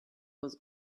was